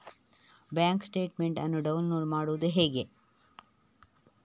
Bank statement ಅನ್ನು download ಮಾಡುವುದು ಹೇಗೆ?